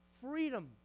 freedom